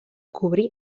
cobrir